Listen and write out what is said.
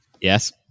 Yes